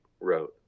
wrote